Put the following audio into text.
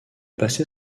passé